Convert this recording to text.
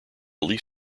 leaf